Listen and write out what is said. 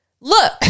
look